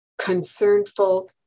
concernful